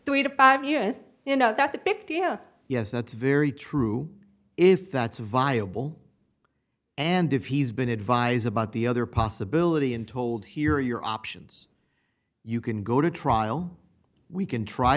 three to five years you know that's the big deal yes that's very true if that's viable and if he's been advise about the other possibility and told here are your options you can go to trial we can try